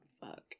fuck